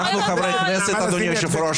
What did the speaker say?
כואב --- אנחנו חברי כנסת, אדוני היושב-ראש.